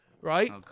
Right